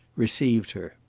received her.